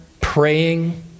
praying